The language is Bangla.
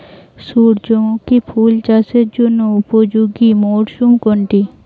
সূর্যমুখী ফুল চাষের জন্য উপযোগী মরসুম কোনটি?